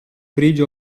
bridge